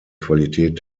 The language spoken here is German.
qualität